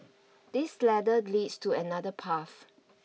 this ladder leads to another path